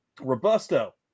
Robusto